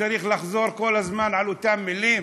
צריך לחזור כל הזמן על אותן מילים?